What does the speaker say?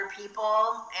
people